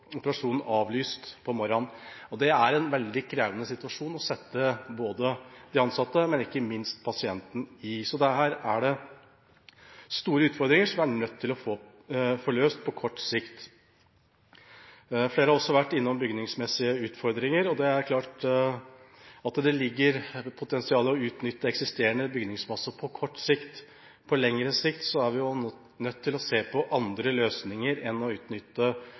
operasjonen avlyst samme morgen. Det er en veldig krevende situasjon å sette de ansatte og ikke minst pasienten i. Så her er det store utfordringer som vi er nødt til å få løst på kort sikt. Flere har også vært innom bygningsmessige utfordringer, og det er klart at det ligger et potensial i å utnytte eksisterende bygningsmasse på kort sikt. På lengre sikt er vi nødt til å se på andre løsninger enn å utnytte